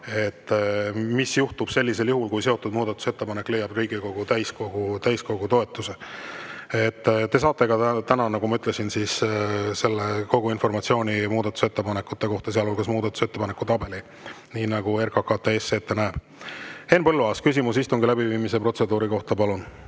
mis juhtub sellisel juhul, kui mõni seotud muudatusettepanek leiab Riigikogu täiskogu toetuse. Te saate täna, nagu ma ütlesin, kogu selle informatsiooni muudatusettepanekute kohta, sealhulgas muudatusettepanekute tabeli, nii nagu RKKTS ette näeb. Henn Põlluaas, küsimus istungi läbiviimise protseduuri kohta, palun!